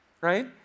right